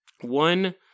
one